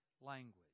language